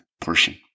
portion